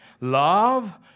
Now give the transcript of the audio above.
love